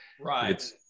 right